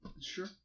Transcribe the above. Sure